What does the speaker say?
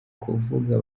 kuvuga